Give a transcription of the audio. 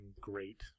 great